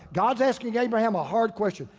god's asking abraham a hard question.